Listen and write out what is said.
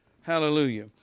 Hallelujah